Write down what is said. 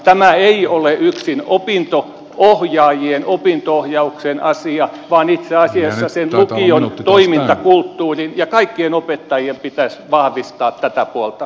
tämä ei ole yksin opinto ohjaajien opinto ohjauksen asia vaan itse asiassa sen lukion toimintakulttuurin ja kaikkien opettajien pitäisi vahvistaa tätä puolta